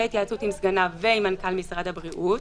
בהתייעצות עם סגניו ועם מנכ"ל משרד הבריאות,